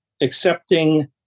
accepting